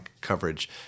coverage